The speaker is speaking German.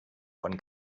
von